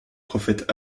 prophètes